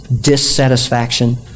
dissatisfaction